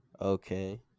Okay